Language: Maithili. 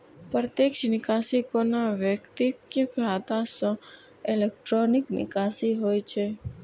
प्रत्यक्ष निकासी कोनो व्यक्तिक खाता सं इलेक्ट्रॉनिक निकासी होइ छै